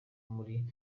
muri